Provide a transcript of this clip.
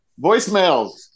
voicemails